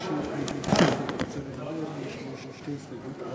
גפני, תגמור לפני תיקון חצות.